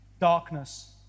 darkness